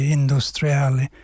industriale